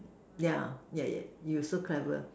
yeah yeah yeah you so clever